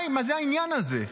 מה זה העניין הזה?